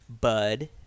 bud